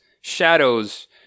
shadows